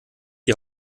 die